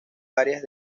varias